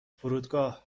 فرودگاه